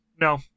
No